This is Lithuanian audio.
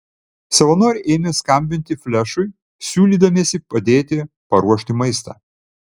savanoriai ėmė skambinti flešui siūlydamiesi padėti paruošti maistą